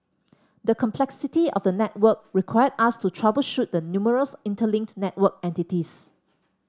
the complexity of the network required us to troubleshoot the numerous interlinked network entities